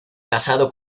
casado